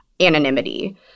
Anonymity